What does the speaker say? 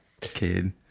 kid